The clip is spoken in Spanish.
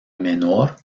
menor